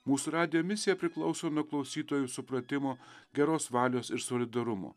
mūsų radijo misija priklauso nuo klausytojų supratimo geros valios ir solidarumo